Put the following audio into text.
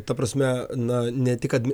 ta prasme na ne tik kad